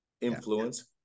influence